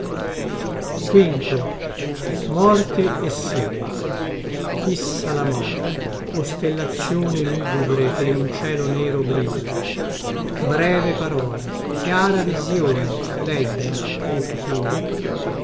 fondo cupo unomega fissa la morte costellazïone lugubre che in un cielo nero brilla breve parola chiara visïone leggi o pupilla